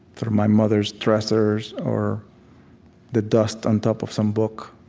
through my mother's dressers or the dust on top of some book,